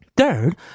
Third